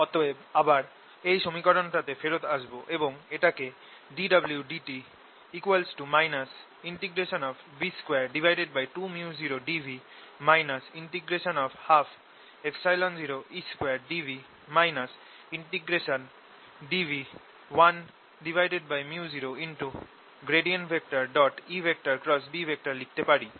অতএব আবার এই সমীকরণটাতে ফেরত আসব এবং এটাকে dwdt B22µ0dv 120E2dv dv1µ0EB লিখতে পারি